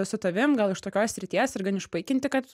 su tavim gal iš tokios srities ir gan išpaikinti kad